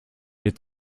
est